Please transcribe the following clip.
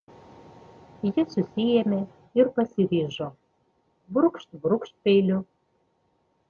ji susiėmė ir pasiryžo brūkšt brūkšt peiliu